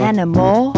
Animal